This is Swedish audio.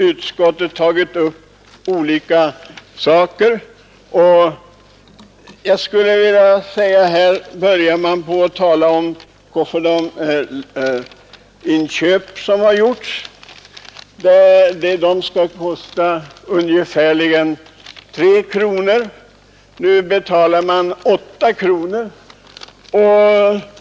Utskottet har tagit upp olika punkter i motionen. Jag skulle vilja börja med att beröra de inköp som gjorts. En kofferdamklammer skall kosta ungefär tre kronor. Nu betalar man åtta kronor.